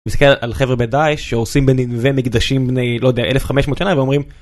מסתכל על החבר'ה בדאעש שהורסים בנינווה מקדשים בני, לא יודע, אלף חמש מאות שנה ואומרים.